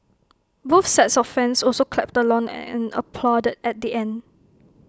both sets of fans also clapped along and applauded at the end